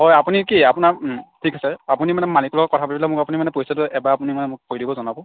হয় আপুনি কি আপোনাৰ ওম ঠিক আছে আপুনি মানে মালিকৰ লগত কথা পাতিবলৈ মোক আপুনি মানে পইচাটো এবাৰ আপুনি মানে মোক কৈ দিব জনাব